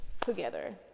together